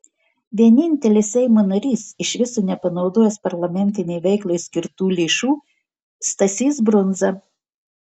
vienintelis seimo narys iš viso nepanaudojęs parlamentinei veiklai skirtų lėšų stasys brundza